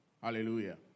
Hallelujah